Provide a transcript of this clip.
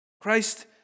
Christ